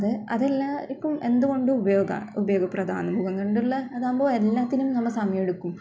അത് അത് എല്ലാവർക്കും എന്ത് കൊണ്ടും ഉപയോഗം ഉപയോഗപ്രദമാണ് അതുകൊണ്ടുള്ള അതാകുമ്പോൾ എല്ലാത്തിനും നമ്മൾ സമയം എടുക്കും